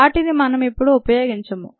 వాటిని మనం ఇప్పుడు ఉపయోగించము